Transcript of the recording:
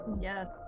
Yes